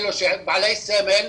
אלה שהם בעלי סמל,